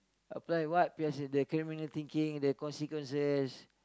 apply what the criminal thinking the consequences